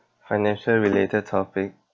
financial related topic